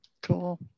Cool